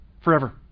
Forever